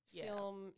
film